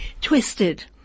twisted